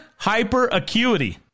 Hyperacuity